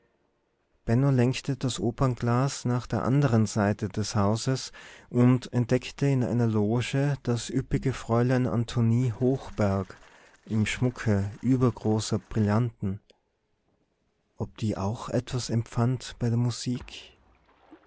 lenkte das opernglas nach der anderen seite des hauses und entdeckte in einer loge das üppige fräulein antonie hochberg im schmucke übergroßer brillanten ob die auch etwas empfand bei der musik